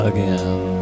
Again